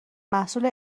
محصول